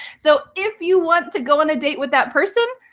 so if you want to go on a date with that person,